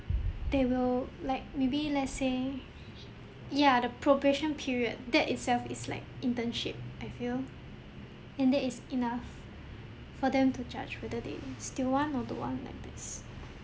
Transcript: they will like maybe let's say ya the probation period that itself is like internship I feel and that is enough for them to judge whether they still want or don't want like this